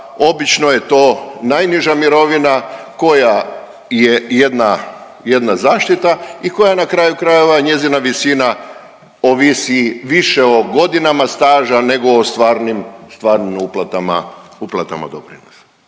obično je to najniža mirovina koja je jedna zaštita i koja na kraju krajeva njezina visina ovisi više o godinama staža nego o stvarnim uplatama doprinosa.